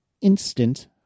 instant